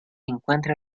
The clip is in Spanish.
encuentra